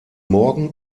morgen